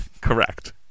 Correct